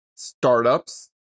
Startups